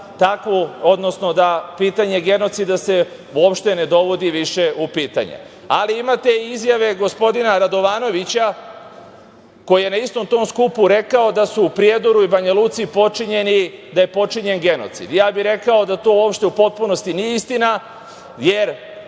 takvu, odnosno da pitanje genocida se uopšte ne dovodi više u pitanje. Ali, imate i izjave gospodina Radovanovića koji je na istom tom skupu rekao da su u Prijedoru i Banjaluci da je počinjeni genocid. Ja bih rekao da to uopšte u potpunosti nije istina, jer